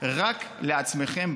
רק לעצמכם,